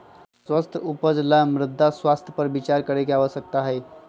स्वस्थ उपज ला मृदा स्वास्थ्य पर विचार करे के आवश्यकता हई